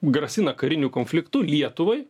grasina kariniu konfliktu lietuvai